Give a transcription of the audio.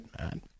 man